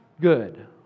good